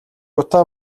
утаа